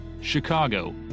Chicago